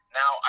now